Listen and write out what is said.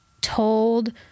told